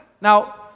Now